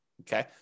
Okay